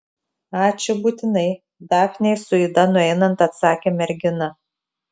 ačiū būtinai dafnei su ida nueinant atsakė mergina